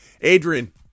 Adrian